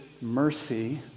mercy